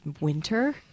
winter